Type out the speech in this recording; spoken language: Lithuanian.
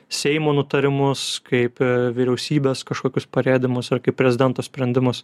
seimo nutarimus kaip vyriausybės kažkokius parėdimus ar kaip prezidento sprendimus